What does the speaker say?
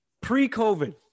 Pre-COVID